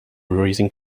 raising